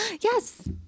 Yes